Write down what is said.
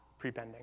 prepending